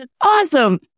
awesome